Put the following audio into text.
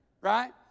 right